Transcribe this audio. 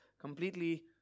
completely